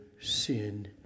sin